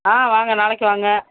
ஆ வாங்க நாளைக்கு வாங்க